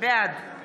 בעד